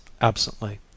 absently